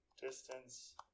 distance